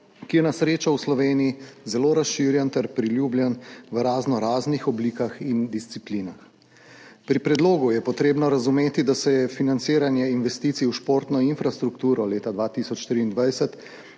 ki je na srečo v Sloveniji zelo razširjen ter priljubljen v raznoraznih oblikah in disciplinah. Pri predlogu je treba razumeti, da se je financiranje investicij v športno infrastrukturo leta 2023